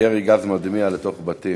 ירי גז מדמיע לתוך בתים.